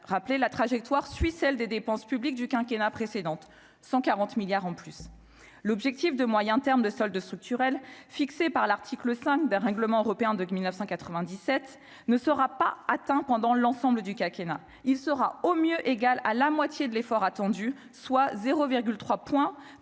rappelé la trajectoire suit celle des dépenses publiques du quinquennat précédente 140 milliards en plus l'objectif de moyen terme de solde structurel fixées par l'article 5 d'un règlement européen depuis 1997 ne sera pas atteint pendant l'ensemble du quinquennat il sera au mieux égal à la moitié de l'effort attendu, soit 0,3 point